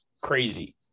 crazy